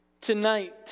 tonight